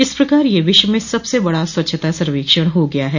इस प्रकार यह विश्व में सबसे बड़ा स्वच्छता सर्वेक्षण हो गया है